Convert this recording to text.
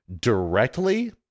directly